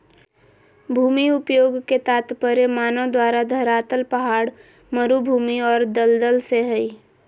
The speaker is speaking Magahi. भूमि उपयोग के तात्पर्य मानव द्वारा धरातल पहाड़, मरू भूमि और दलदल से हइ